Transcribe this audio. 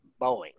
boeing